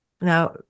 Now